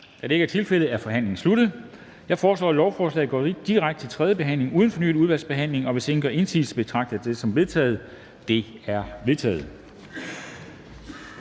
Da det ikke er tilfældet, er forhandlingen sluttet. Jeg foreslår, at lovforslaget går direkte til tredje behandling uden fornyet udvalgsbehandling. Hvis ingen gør indsigelse, betragter jeg det som vedtaget. Det er vedtaget.